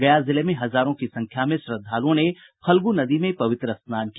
गया जिले में हजारों की संख्या में श्रद्धालुओं ने फल्गु नदी में पवित्र स्नान किया